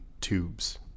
tubes